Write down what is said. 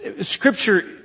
scripture